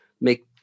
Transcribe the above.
make